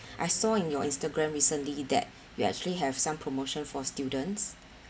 I saw in your Instagram recently that you actually have some promotion for students